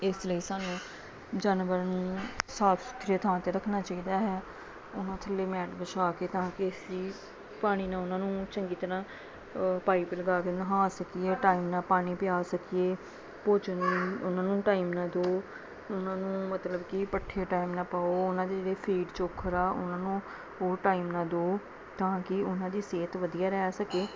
ਇਸ ਲਈ ਸਾਨੂੰ ਜਾਨਵਰਾਂ ਨੂੰ ਸਾਫ ਸੁਥਰੀ ਥਾਂ 'ਤੇ ਰੱਖਣਾ ਚਾਹੀਦਾ ਹੈ ਉਹਨਾਂ ਥੱਲੇ ਮੈਟ ਵਿਛਾ ਕੇ ਤਾਂ ਕਿ ਅਸੀਂ ਪਾਣੀ ਨਾਲ ਉਹਨਾਂ ਨੂੰ ਚੰਗੀ ਤਰ੍ਹਾਂ ਪਾਇਪ ਲਗਾ ਕੇ ਨਹਾ ਸਕੀਏ ਟਾਈਮ ਨਾਲ ਪਾਣੀ ਪਿਆ ਸਕੀਏ ਭੋਜਨ ਉਹਨਾਂ ਨੂੰ ਟਾਈਮ ਨਾਲ ਦੋ ਉਹਨਾ ਨੂੰ ਮਤਲਬ ਕਿ ਪੱਠੇ ਟਾਈਮ ਨਾਲ ਪਾਓ ਉਹਨਾਂ ਦੀ ਜਿਹੜੀ ਫੀਡ ਚੋਕਰ ਆ ਉਹਨਾਂ ਨੂੰ ਉਹ ਟਾਈਮ ਨਾਲ ਦਿਓ ਤਾਂ ਕਿ ਉਹਨਾਂ ਦੀ ਸਿਹਤ ਵਧੀਆ ਰਹਿ ਸਕੇ